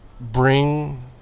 bring